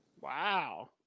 Wow